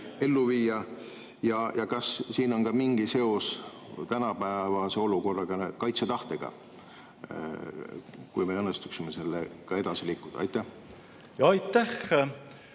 Ja kas siin on mingi seos tänapäevase olukorraga, kaitsetahtega, kui meil õnnestuks sellega edasi liikuda? Aitäh!